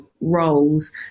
roles